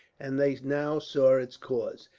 and they now saw its cause.